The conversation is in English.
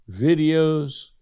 videos